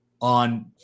on